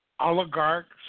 oligarchs